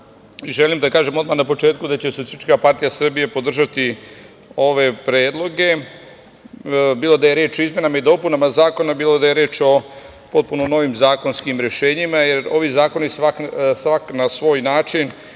i želim da kažem odmah na početku da će SPS podržati ove predloge bilo da je reč o izmenama i dopunama zakona, bilo da je reč o potpuno novim zakonskim rešenjima, jer ovi zakoni svaki na svoj način